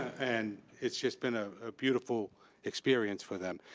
and it's just been a ah beautiful experience for them.